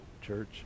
church